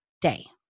day